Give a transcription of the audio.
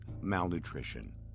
malnutrition